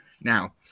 Now